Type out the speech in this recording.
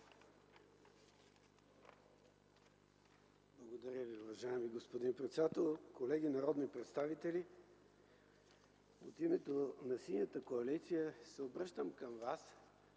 Благодаря Ви, уважаеми господин председател. Колеги народни представители, от името на Синята коалиция се обръщам към вас